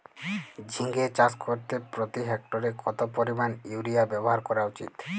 ঝিঙে চাষ করতে প্রতি হেক্টরে কত পরিমান ইউরিয়া ব্যবহার করা উচিৎ?